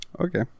Okay